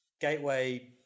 gateway